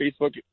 Facebook